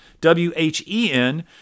W-H-E-N